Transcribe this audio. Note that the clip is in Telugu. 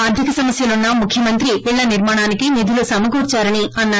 ఆర్దిక సమస్యలున్న ముఖ్యమంత్రి ఇళ్ల నిర్మాణానికి నిధులు సమకూర్చారని అన్సారు